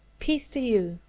peace to you,